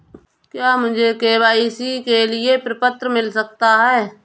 क्या मुझे के.वाई.सी के लिए प्रपत्र मिल सकता है?